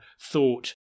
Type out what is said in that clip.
thought